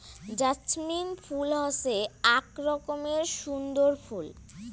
jasmine ফুল হসে আক রকমের সুন্দর ফুল